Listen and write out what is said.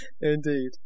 Indeed